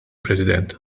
president